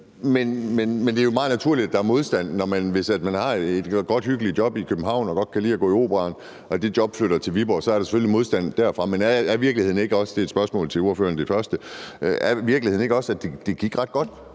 Det er jo meget naturligt, at der er modstand, når man har et godt og hyggeligt job i København og godt kan lide at gå i Operaen og det job så flytter til Viborg; så vil der selvfølgelig være modstand. Men er virkeligheden ikke også – og det er et